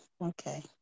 Okay